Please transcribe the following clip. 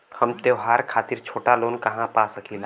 हम त्योहार खातिर छोटा लोन कहा पा सकिला?